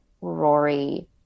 Rory